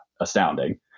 astounding